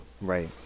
Right